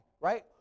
right